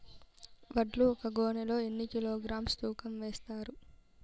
వడ్లు ఒక గోనె లో ఎన్ని కిలోగ్రామ్స్ తూకం వేస్తారు?